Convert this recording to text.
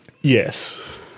Yes